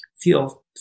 feel